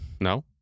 no